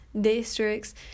districts